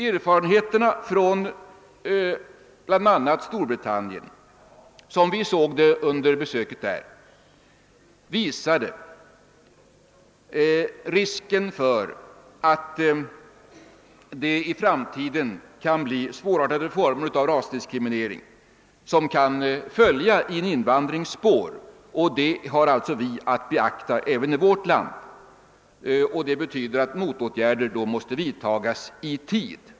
Erfarenheterna från bl.a. Storbritannien, som vi såg dem under besöket där, visade risken för att det i Sverige kan bli svårartade former av rasdiskriminering som kan följa i en invandrings spår. Detta har vi alltså att beakta även i vårt land, och det betyder att motåtgärder måste vidtas i tid.